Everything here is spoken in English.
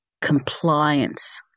compliance